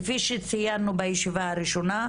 כפי שציינו בישיבה הראשונה,